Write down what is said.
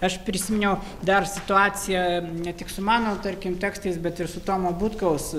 aš prisiminiau dar situacija ne tik su mano tarkim tekstais bet ir su tomo butkaus